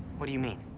what do you mean?